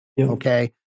Okay